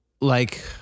like-